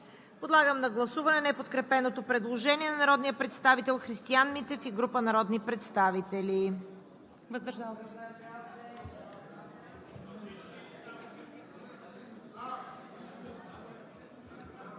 Подлагам на гласуване неподкрепеното предложение на народния представител Христиан Митев и група народни представители.